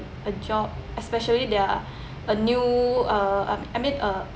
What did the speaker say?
a job especially there are a new uh I mean uh